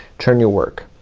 turn your work.